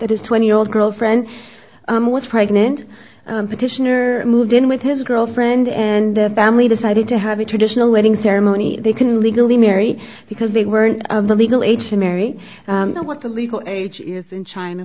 that his twenty year old girlfriend was pregnant petitioner moved in with his girlfriend and the family decided to have a traditional wedding ceremony they couldn't legally marry because they weren't the legal age to marry the what the legal age is in china